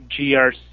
GRC